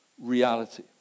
reality